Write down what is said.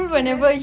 yes